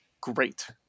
Great